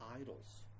idols